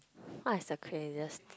what is the craziest thing